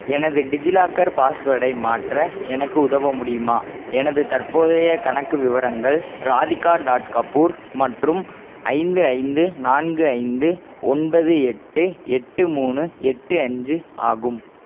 எனது டிஜிலாக்கர் பாஸ்வேர்டை மாற்ற எனக்கு உதவ முடியுமா எனது தற்போதைய கணக்கு விவரங்கள் ராதிகா டாட் கபூர் மற்றும் ஐந்து ஐந்து நான்கு ஐந்து ஒன்பது எட்டு எட்டு மூணு எட்டு அஞ்சு ஆகும்